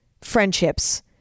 friendships